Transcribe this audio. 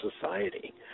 society